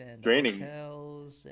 Draining